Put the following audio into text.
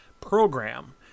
program